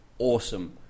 awesome